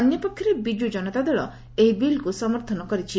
ଅନ୍ୟପକ୍ଷରେ ବିଜ୍ ଜନତା ଦଳ ଏହି ବିଲ୍କୁ ସମର୍ଥନ କରିଛି